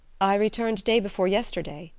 i returned day before yesterday,